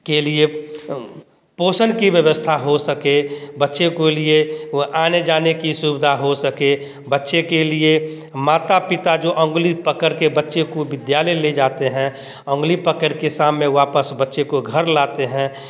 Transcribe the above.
के लिए पोषण की व्यवस्था हो सके बच्चे को लिए वह आने जाने की सुविधा हो सके बच्चे के लिए माता पिता जो अंगुली पकड़ के बच्चे को विद्यालय ले जाते हैं अंगुली पकड़ के सामने वापस बच्चों को घर लाते हैं